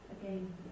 again